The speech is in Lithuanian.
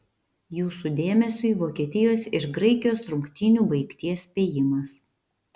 jūsų dėmesiui vokietijos ir graikijos rungtynių baigties spėjimas